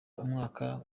umwaka